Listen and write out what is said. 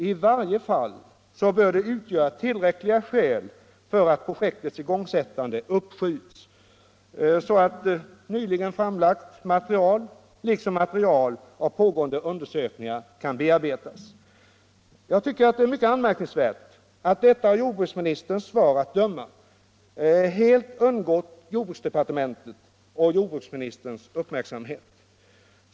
I varje fall bör det utgöra tillräckligt skäl för att projektets igångsättande uppskjuts så att nyligen framlagt material liksom resultatet av pågående undersökningar kan bearbetas. Jag tycker det är mycket anmärkningsvärt att detta, av jordbruksministerns svar att döma, helt undgått jordbruksdepartementets och jordbruksministerns uppmärksamhet.